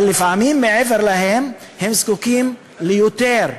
אבל לפעמים מעבר להם, הם זקוקים ליותר,